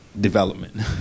development